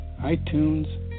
iTunes